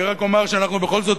אני רק אומר שאנחנו בכל זאת,